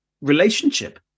relationship